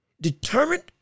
determined